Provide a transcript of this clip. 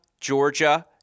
Georgia